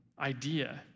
idea